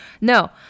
no